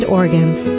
organs